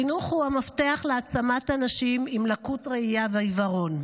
חינוך הוא מפתח להעצמת אנשים עם לקות ראייה ועיוורון.